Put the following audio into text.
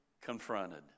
confronted